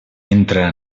entra